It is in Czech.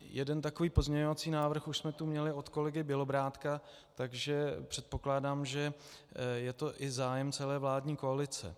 Jeden takový pozměňovací návrh už jsme tu měli od kolegy Bělobrádka, takže předpokládám, že to je i zájem celé vládní koalice.